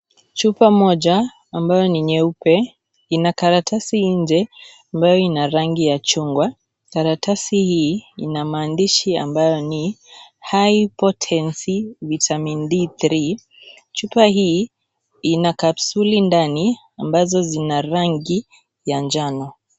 Chupa moja ambayo ni nyeupe ina karatasi nje ambayo ina rangi ya chungwa , karatasi hii ina maandishi ambayo ni high potency vitamin D3 chupa hii ina kapsuli ndani ambazo zina rangi ya manjano.